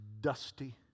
dusty